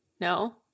No